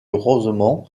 rosemont